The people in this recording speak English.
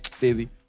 baby